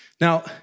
Now